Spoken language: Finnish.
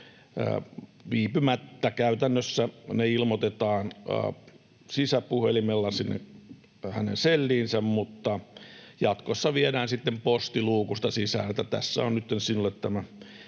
viipymättä. Käytännössä ne ilmoitetaan sisäpuhelimella sinne hänen selliinsä, mutta jatkossa viedään sitten postiluukusta sisään, että tässä on nytten sinulle tämä